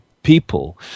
people